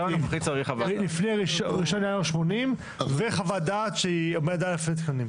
לפני שנת 1980 וחוות דעת שהוא עומד בתקנים.